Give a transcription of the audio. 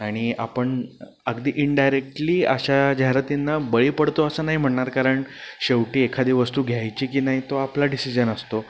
आणि आपण अगदी इनडायरेक्टली अशा जाहिरातींना बळी पडतो असं नाही म्हणणार कारण शेवटी एखादी वस्तू घ्यायची की नाही तो आपला डिसिजन असतो